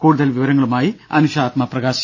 കൂടുതൽ വിവരങ്ങളുമായി അനുഷ ആത്മപ്രകാശ്